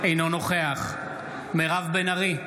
אינו נוכח מירב בן ארי,